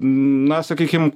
na sakykim